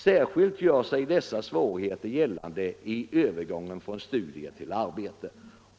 Särskilt gör sig dessa svårigheter gällande i övergången från studier till arbete.